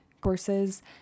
courses